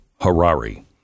Harari